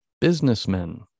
businessmen